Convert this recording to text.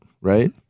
Right